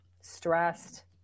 Stressed